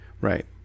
Right